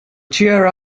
cheer